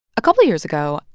a couple years ago,